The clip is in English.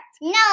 No